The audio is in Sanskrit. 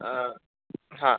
ह हा